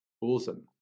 Awesome